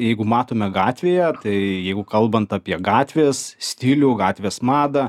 jeigu matome gatvėje tai jeigu kalbant apie gatvės stilių gatvės madą